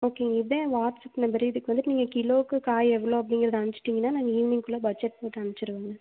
ஓகேங்க இதான் ஏ வாட்ஸ்அப் நம்பரு இதுக்கு வந்துட்டு நீங்கள் கிலோவுக்கு காய் எவ்வளோ அப்படிங்கிறத அனுச்சிட்டீங்கனா நாங்கள் ஈவினிங்க்குள்ளே பட்ஜட் போட்டு அனுச்சிருவோங்க